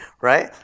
right